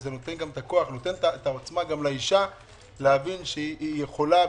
זה נותן את העצמה לאשה להבין שהיא יכולה,